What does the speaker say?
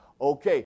Okay